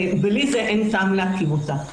בלי זה אין טעם להקים אותה.